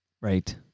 Right